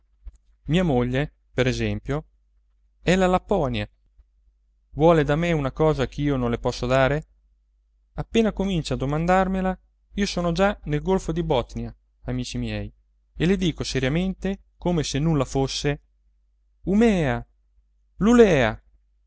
mia moglie per esempio è la lapponia vuole da me una cosa ch'io non le posso dare appena comincia a domandarmela io sono già nel golfo di botnia amici miei e le dico seriamente come se nulla fosse umèa lulèa